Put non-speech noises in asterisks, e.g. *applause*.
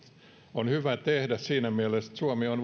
on hyvä tehdä siinä mielessä että suomi on *unintelligible*